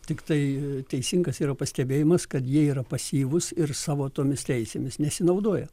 tiktai teisingas yra pastebėjimas kad jie yra pasyvūs ir savo tomis teisėmis nesinaudoja